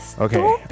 Okay